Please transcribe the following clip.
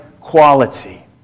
quality